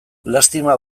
lastima